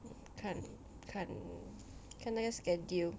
看看看那个 schedule